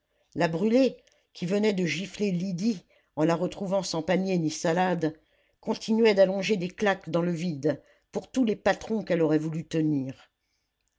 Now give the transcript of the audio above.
la brûlé qui venait de gifler lydie en la retrouvant sans panier ni salade continuait d'allonger des claques dans le vide pour tous les patrons qu'elle aurait voulu tenir